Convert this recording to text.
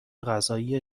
قضایی